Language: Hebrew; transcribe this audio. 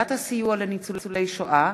(הגדלת הסיוע לניצולי שואה),